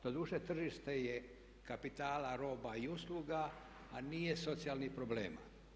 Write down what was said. Doduše tržište je kapitala, roba i usluga a nije socijalnih problema.